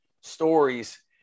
stories